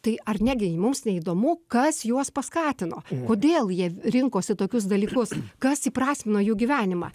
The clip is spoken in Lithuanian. tai ar negi ji mums neįdomu kas juos paskatino kodėl jie rinkosi tokius dalykus kas įprasmino jų gyvenimą